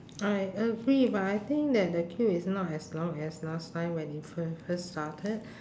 I agree but I think that the queue is not as long as last time when it fir~ first started